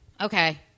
Okay